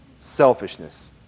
selfishness